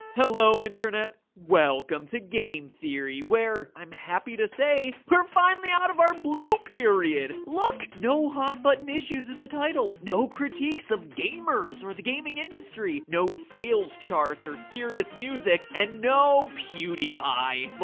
hello internet, welcome to game theory, where i'm happy to say we're finally out of our blue period! look! no hot button issues in the title, no critiques of gamers or the gaming industry, no sales charts, or serious music, and no pewdiepie! well,